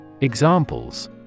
Examples